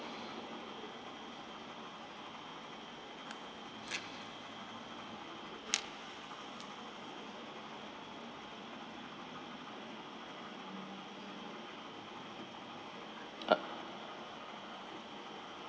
ugh